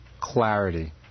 clarity